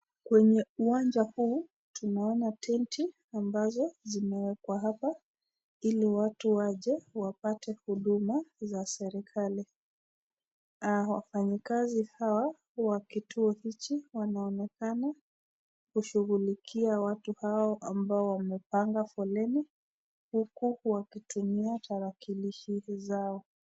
Kwenye uwanja huu tunaona tenti ambazo zimewekwa hapa ili watu waje wapate huduma za serekali. Wafanyakazi hao wa kituo hichi wanaonekana kushughulikia watu hao ambao wamepanga foleni huku wakitumia tarakilishi zao.